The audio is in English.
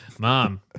Mom